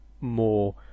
more